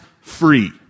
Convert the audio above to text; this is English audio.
free